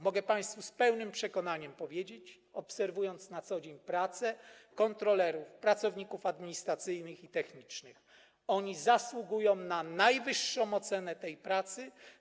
Mogę państwu z pełnym przekonaniem powiedzieć, obserwując na co dzień pracę kontrolerów, pracowników administracyjnych i technicznych, że oni zasługują na najwyższą ocenę tej pracy.